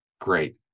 great